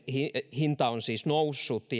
hinta on siis noussut